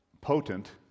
potent